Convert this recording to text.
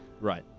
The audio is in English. Right